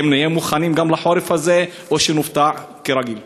האם נהיה מוכנים גם לחורף הזה או שנופתע, כרגיל?